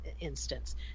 instance